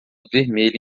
vermelha